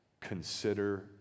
consider